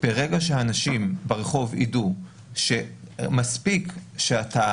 ברגע שאנשים ברחוב יידעו שמספיק שאתה